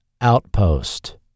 Outpost